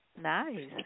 nice